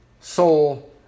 soul